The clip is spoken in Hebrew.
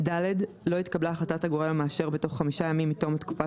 (ד)לא התקבלה החלטת הגורם המאשר בתוך 5 ימים מתום התקופה